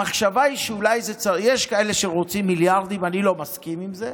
יש כאלה שרוצים מיליארדים, אני לא מסכים עם זה.